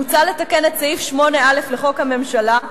מוצע לתקן את סעיף 8א לחוק הממשלה,